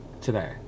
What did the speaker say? today